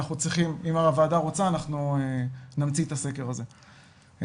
אם הוועדה רוצה אנחנו נמציא את הסקר הזה לוועדה.